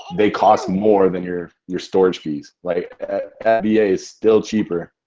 they cost more than your your storage fees like fba is still cheaper,